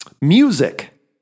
music